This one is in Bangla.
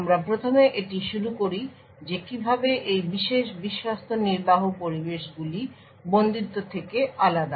আমরা প্রথমে এটি শুরু করি যে কীভাবে এই বিশেষ বিশ্বস্ত নির্বাহ পরিবেশগুলি বন্দিত্ব থেকে আলাদা